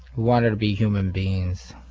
wanted to be human beings